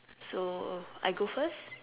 so I go first